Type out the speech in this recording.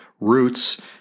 roots